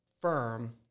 firm